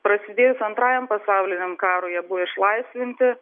prasidėjus antrajam pasauliniam karui jie buvo išlaisvinti